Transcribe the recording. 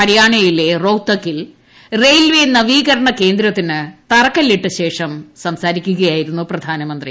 ഹര്യാനയിലെ റോത്തകിൽ റെയിൽവേ നവീകരണ കേന്ദ്രത്തിന് തറക്കല്ലിട്ട ശേഷം സംസാരിക്കുകയായിരുന്നു പ്രധാനമന്ത്രി